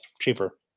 cheaper